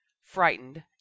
frightened